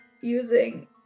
using